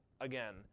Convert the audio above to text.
again